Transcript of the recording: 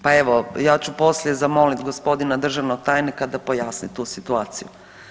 Pa evo ja ću poslije zamolit gospodina državnog tajnika da pojasni tu situaciju.